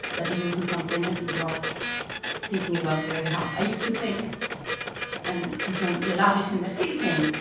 that is also something that is worth thinking about very hard. i used to think and to so to a large extent, i still think